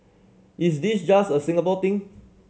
is this just a Singapore thing